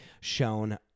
shown